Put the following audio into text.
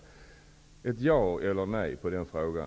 Jag skulle vilja ha ett ja eller ett nej på den frågan.